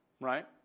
Right